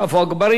ואחריו,